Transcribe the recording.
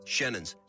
Shannons